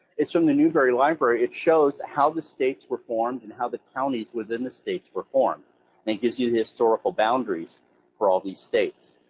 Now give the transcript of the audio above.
it's from the newberry library. it shows how the states were formed and how the counties within the states were formed, and it gives you the historical boundaries for all these states.